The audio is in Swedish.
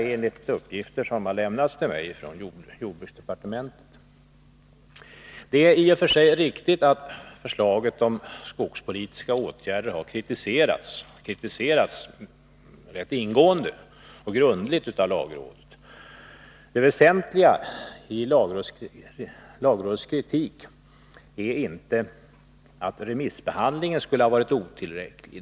Det är i och för sig riktigt att förslaget om skogspolitiska åtgärder har kritiserats rätt ingående av lagrådet. Det väsentliga i lagrådets kritik är inte att remissbehandlingen skulle ha varit otillräcklig.